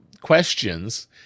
questions